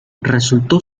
resultó